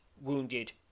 Wounded